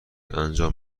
انجام